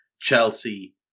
Chelsea